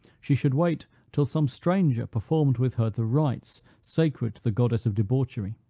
she should wait till some stranger performed with her the rites sacred to the goddess of debauchery.